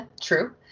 True